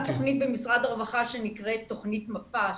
במשרד הרווחה יש תוכנית שנקראת תוכנית מפ"ה,